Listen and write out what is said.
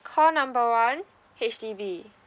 call number one H_D_B